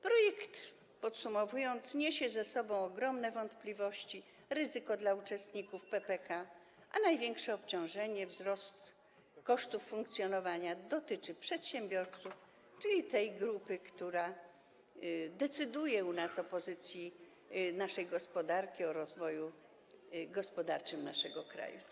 Podsumowując: projekt niesie ze sobą ogromne wątpliwości, ryzyko dla uczestników PPK, a największe obciążenie, wzrost kosztów funkcjonowania dotyczy przedsiębiorców, czyli tej grupy, która decyduje o pozycji naszej gospodarki, o rozwoju gospodarczym naszego kraju.